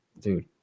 Dude